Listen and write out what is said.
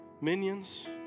minions